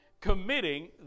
committing